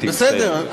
בסדר,